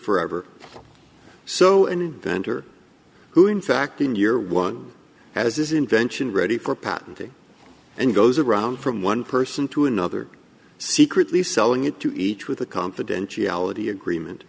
forever so an inventor who in fact in year one has his invention ready for patent the and goes around from one person to another secretly selling it to each with a confidentiality agreement